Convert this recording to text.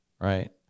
right